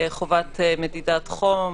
חובת מדידת חום,